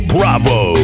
Bravo